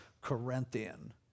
Corinthian